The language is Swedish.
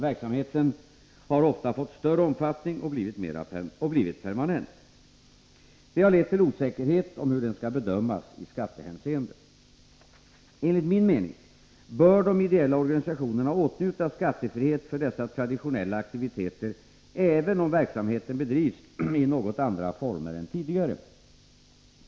Verksamheten har ofta fått större omfattning och blivit permanent. Detta har lett till osäkerhet om hur den skall bedömas i skattehänseende. Enligt min mening bör de ideella organisationerna åtnjuta skattefrihet för dessa traditionella aktiviteter även om verksamheten bedrivs i något andra former än tidigare.